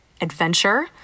adventure